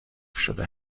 شده